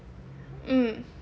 mm